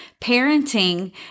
parenting